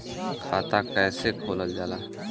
खाता कैसे खोलल जाला?